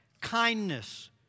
kindness